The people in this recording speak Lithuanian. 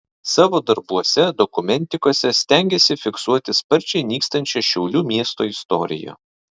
savo darbuose dokumentikose stengiasi fiksuoti sparčiai nykstančią šiaulių miesto istoriją